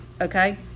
okay